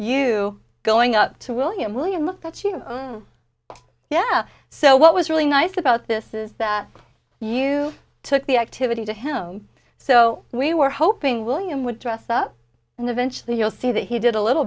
you going up to william william look at you yeah so what was really nice about this is that you took the activity to him so we were hoping william would dress up and eventually you'll see that he did a little